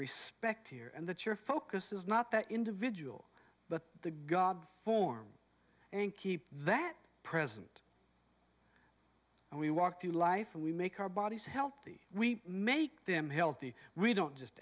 respect here and that your focus is not the individual but the god form and keep that present and we walk through life and we make our bodies healthy we make them healthy we don't just